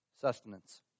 sustenance